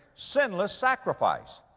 sinless sacrifice.